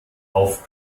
auf